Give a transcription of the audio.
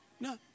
No